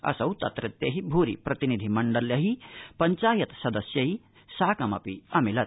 असौ तत्रत्यै भूरि प्रतिनिधि मण्डलै पंचायत सदस्यै साकमपि अमिलत्